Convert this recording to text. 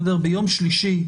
ביום שלישי,